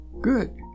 good